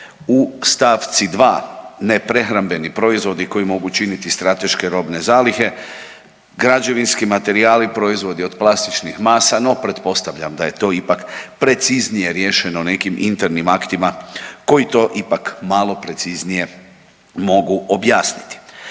u stavci dva neprehrambeni proizvodi koji mogu činiti strateške robne zalihe, građevinski materijali, proizvodi od plastičnih masa, no pretpostavljam da je to ipak preciznije riješeno nekim internim aktima koji to ipak malo preciznije mogu objasniti.